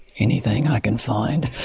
anything i can find!